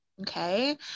Okay